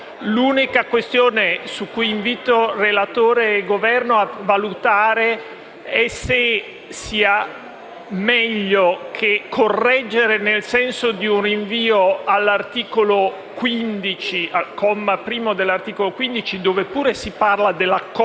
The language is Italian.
L'unica questione che invito relatore e Governo a valutare è se sia meglio correggere nel senso di un rinvio al comma 1 all'articolo 15, dove pure si parla dell'accordo